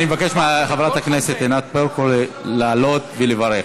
אני מבקש מחברת הכנסת ענת ברקו לעלות ולברך.